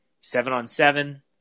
seven-on-seven